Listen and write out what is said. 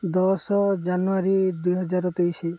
ଦଶ ଜାନୁଆରୀ ଦୁଇହଜାର ତେଇଶ